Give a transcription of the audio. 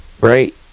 Right